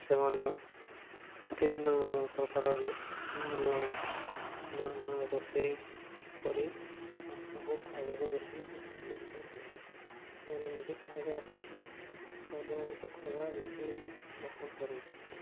ସେମାନେ ବିଭିନ୍ନ ପ୍ରକାରର ନୂଆ ନୂଆ ନୂଆ ନୂଆ ରୋଷେଇ କରି ସମସ୍ତଙ୍କୁ ଖୁଆଇବାକୁ ବେଶୀ ପସନ୍ଦ କରିଥାନ୍ତି ସେମାନେ ନିଜେ ଖାଇବା ଅପେକ୍ଷା ଅନ୍ୟମାନଙ୍କୁ ଖୁଆଇବା ବେଶୀ ପସନ୍ଦ କରନ୍ତି